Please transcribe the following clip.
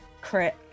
crit